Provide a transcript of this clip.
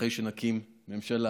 אחרי שנקים ממשלה.